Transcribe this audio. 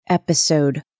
Episode